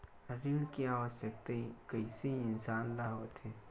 ऋण के आवश्कता कइसे इंसान ला होथे?